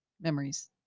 memories